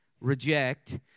reject